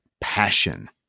passion